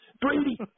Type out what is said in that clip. Brady